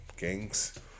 gangs